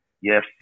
Yes